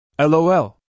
Lol